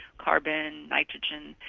carbon, nitrogen,